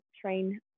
train